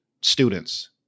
students